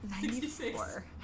ninety-four